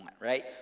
right